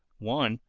one,